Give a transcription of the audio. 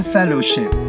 Fellowship